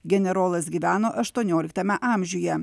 generolas gyveno aštuonioliktame amžiuje